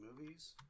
movies